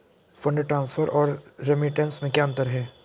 Fund transfer और remittance में क्या अंतर है?